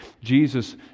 Jesus